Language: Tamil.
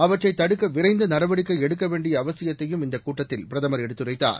அவற்றை தடுக்க விரைந்து நடவடிக்கை எடுக்க வேண்டிய அவசியத்தையும் இந்தக் கூட்டத்தில் பிரதமர் எடுத்துரைத்தார்